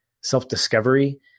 self-discovery